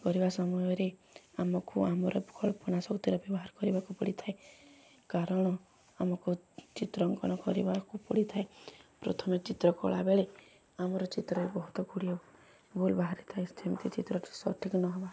କରିବା ସମୟରେ ଆମକୁ ଆମର କଳ୍ପନା ସବୁଥିରେ ବ୍ୟବହାର କରିବାକୁ ପଡ଼ିଥାଏ କାରଣ ଆମକୁ ଚିତ୍ର ଅଙ୍କନ କରିବାକୁ ପଡ଼ିଥାଏ ପ୍ରଥମେ ଚିତ୍ର କଲାବେଳେ ଆମର ଚିତ୍ରରେ ବହୁତଗୁଡ଼ିଏ ଭୁଲ୍ ବାହାରିଥାଏ ସେମିତି ଚିତ୍ରଟି ସଠିକ୍ ନହେବା